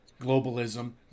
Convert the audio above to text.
globalism